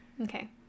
okay